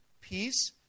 peace